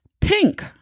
Pink